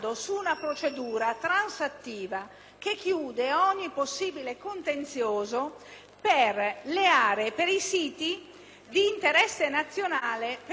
per le aree e per i siti di interesse nazionale per quanto concerne gli interventi di bonifica e di messa in sicurezza.